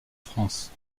france